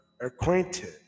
acquainted